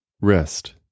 rest